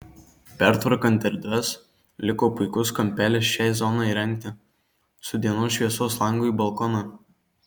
pertvarkant erdves liko puikus kampelis šiai zonai įrengti su dienos šviesos langu į balkoną